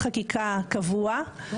ועל פי חוק-יסוד: הכנסת,